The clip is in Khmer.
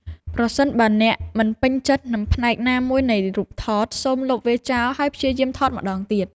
ប្រសិនបើអ្នកមិនពេញចិត្ត នឹងផ្នែកណាមួយនៃរូបថត សូមលុបវាចោលហើយព្យាយាមថតម្តងទៀត។